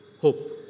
hope